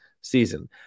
season